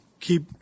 keep